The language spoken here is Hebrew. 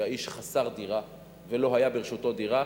שהאיש חסר דירה ולא היתה ברשותו דירה,